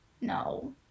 No